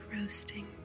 roasting